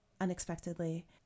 unexpectedly